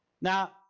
Now